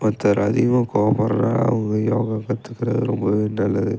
ஒருத்தர் அதிகமாக கோவப்படுறாங்க அவங்க யோகா கற்றுக்குறது ரொம்பவே நல்லது